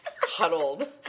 huddled